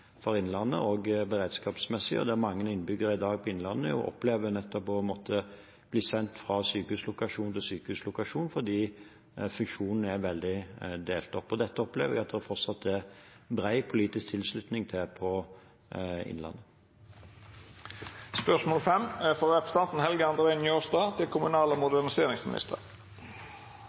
for Innlandet også beredskapsmessig. Det er i dag mange innbyggere i Innlandet som opplever nettopp å måtte bli sendt fra sykehuslokasjon til sykehuslokasjon fordi funksjonene er veldig oppdelt. Dette opplever vi at det fortsatt er bred politisk tilslutning til i Innlandet. «Tidligere i år hadde vi et fergeopprør langs kysten på grunn av skyhøye priser for folk og